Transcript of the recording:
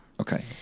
Okay